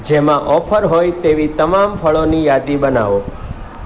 જેમાં ઓફર હોય તેવી તમામ ફળોની યાદી બનાવો